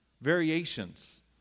variations